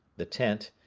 the tent,